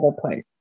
place